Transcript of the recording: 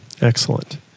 Excellent